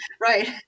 Right